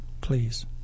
Please